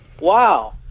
Wow